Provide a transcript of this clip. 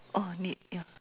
orh need ya